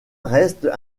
reste